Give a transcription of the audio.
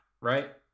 right